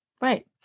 Right